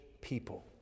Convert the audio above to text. people